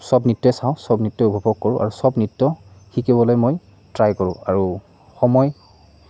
চব নৃত্যই চাওঁ চব নৃত্যই উপভোগ কৰোঁ আৰু চব নৃত্য শিকিবলৈ মই ট্ৰাই কৰোঁ আৰু সময়